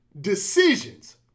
decisions